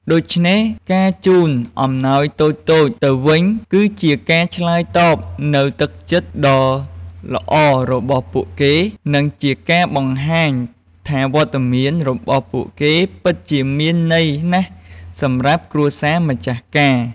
ដូច្នេះ ការជូនអំណោយតូចៗទៅវិញ គឺជាការឆ្លើយតបនូវទឹកចិត្តដ៏ល្អរបស់ពួកគេ និងជាការបង្ហាញថាវត្តមានរបស់ពួកគេពិតជាមានន័យណាស់សម្រាប់គ្រួសារម្ចាស់ការ។